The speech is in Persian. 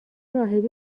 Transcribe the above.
راهبی